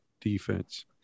defense